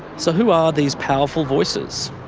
so who are these powerful voices,